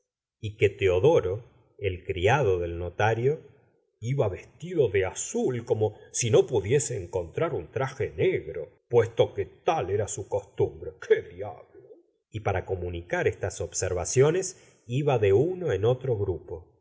y que teodoro el criado del notario ciba vestido de azul como si no pudiese encontrar un traje negro puesto que tal era su costumbre qué diablo y para comunicar estas observaciones iba de uno en otro grupo